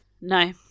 no